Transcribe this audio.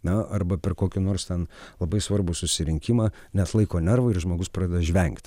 na arba per kokį nors ten labai svarbų susirinkimą neatlaiko nervai ir žmogus pradeda žvengti